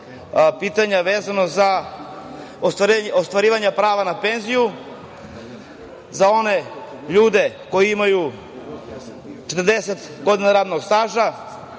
pitanja vezano za ostvarivanja prava na penziju za one ljude koji imaju 40 godina radnog staža,